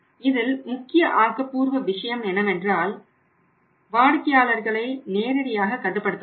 இதில் முக்கிய ஆக்கப்பூர்வ விஷயம் நிறுவனங்கள் வாடிக்கையாளர்களை நேரடியாக கட்டுப்படுத்த முடியும்